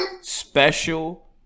special